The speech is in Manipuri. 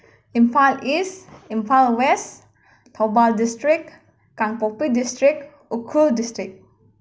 Imphal east Imphal west Thoubal district Kangpokpi district Ukhrul district